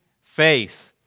faith